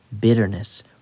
bitterness